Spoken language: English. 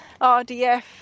RDF